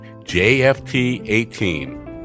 JFT18